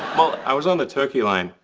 well, i was on the turkey line,